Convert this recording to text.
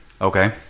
okay